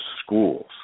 schools